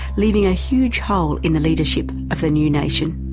leaving a huge hole in the leadership of the new nation.